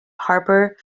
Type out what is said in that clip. harper